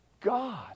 God